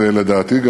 ולדעתי גם,